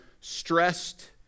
stressed